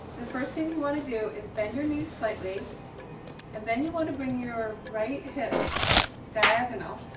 the first thing you want to do is bend your knees slightly and then you want to bring your right hip diagonal